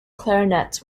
clarinets